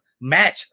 match